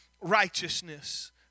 righteousness